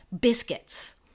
biscuits